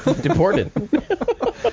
deported